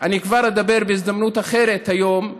אני כבר אדבר בהזדמנות אחרת היום,